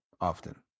Often